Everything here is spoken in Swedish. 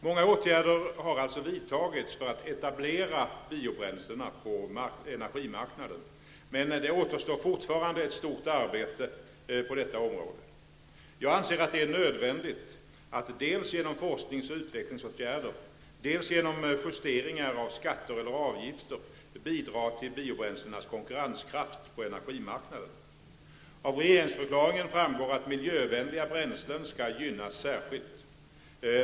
Många åtgärder har alltså vidtagits för att etablera biobränslena på energimarknaden, men det återstår fortfarande ett stort arbete på detta område. Jag anser att det är nödvändigt att dels genom forsknings och utvecklingsåtgärder, dels genom justeringar av skatter eller avgifter, bidra till biobränslenas konkurrenskraft på energimarknaden. Av regeringsförklaringen framgår att miljövänliga bränslen skall gynnas särskilt.